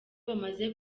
bamaze